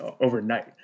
overnight